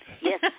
Yes